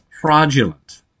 fraudulent